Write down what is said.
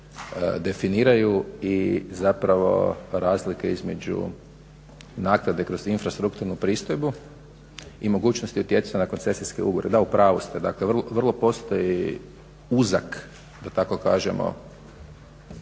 definiraju i zapravo razlike između naknade kroz infrastrukturnu pristojbu i mogućnosti utjecanja na koncesijske ugovore. Da, u pravu ste, vrlo postoji uzak da tako kažemo